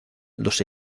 los